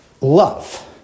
love